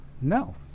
No